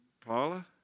Paula